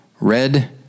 red